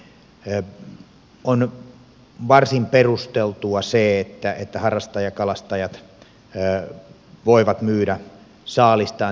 on varsin perusteltua se että harrastajakalastajat voivat myydä saalistaan